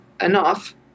enough